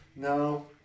No